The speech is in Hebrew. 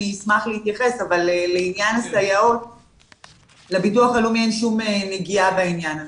אבל לביטוח הלאומי אין שום נגיעה לעניין הסייעות.